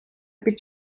під